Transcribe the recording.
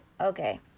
okay